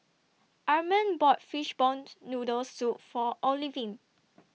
Arman bought Fishball Noodle Soup For Olivine